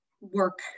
work